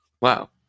Wow